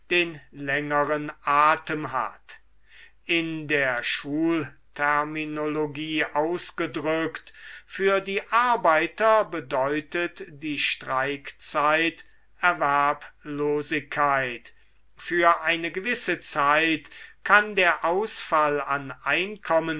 den längeren atem hat in der schulterminologie ausgedrückt für die arbeiter bedeutet die streikzeit erwerblosigkeit für eine gewisse zeit kann der ausfall an einkommen